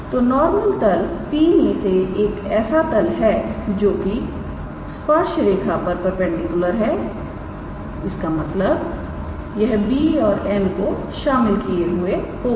तो नॉर्मल तल P मे से एक ऐसा तल है जो की स्पर्श रेखा पर परपेंडिकुलर है इसका मतलब यह 𝑏̂ और 𝑛̂ को शामिल किए हुए होगा